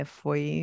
foi